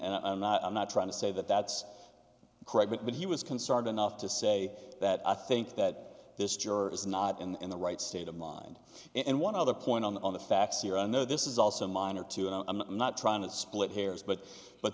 and i'm not i'm not trying to say that that's correct but he was concerned enough to say that i think that this juror is not in the right state of mind and one other point on the facts here i know this is also a miner too and i'm not trying to split hairs but but